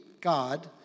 God